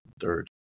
third